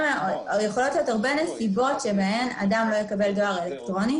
יכולות להיות הרבה נסיבות בהן אדם לא יקבל דואר אלקטרוני